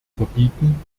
verbieten